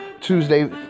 Tuesday